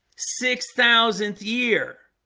six thousandth year